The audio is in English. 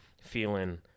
feeling